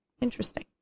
Interesting